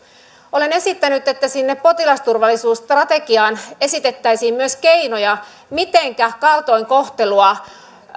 olen esittänyt että sinne potilasturvallisuusstrategiaan esitettäisiin myös keinoja mitenkä kaltoinkohtelua